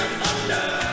thunder